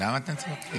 למה אתם צוחקים?